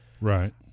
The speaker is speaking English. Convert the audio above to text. Right